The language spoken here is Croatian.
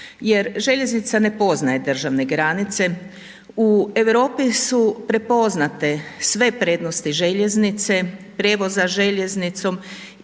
Jer željeznica ne poznaje državne granice. U Europi su prepoznate sve prednosti željeznice, prijevoza željeznicom